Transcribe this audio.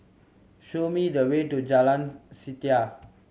show me the way to Jalan Setia